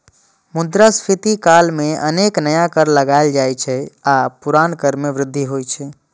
मुद्रास्फीति काल मे अनेक नया कर लगाएल जाइ छै आ पुरना कर मे वृद्धि होइ छै